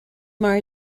mar